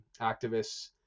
activists